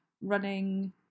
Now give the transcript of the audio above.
running